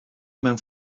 mewn